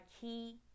key